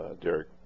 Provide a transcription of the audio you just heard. Derek